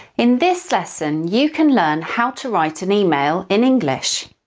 in this lesson, you can learn how to write an email in english.